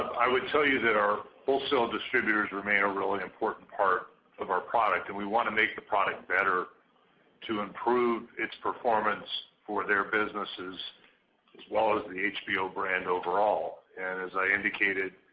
i would tell you that our wholesale distributors remain a really important part of our product and we want to make the product better to improve its performance for their businesses as well as the hbo brand overall and as i indicated,